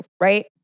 Right